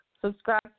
Subscribe